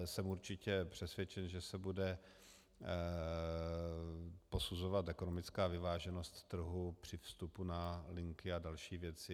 Jsem určitě přesvědčen, že se bude posuzovat ekonomická vyváženost trhu při vstupu na linky a další věci.